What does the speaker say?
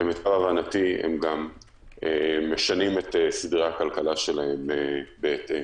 ולמיטב הבנתי הם גם משנים את סדרי הכלכלה שלהם בהתאם.